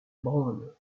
brown